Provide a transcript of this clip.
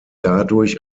dadurch